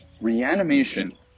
reanimation